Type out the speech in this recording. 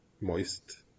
Moist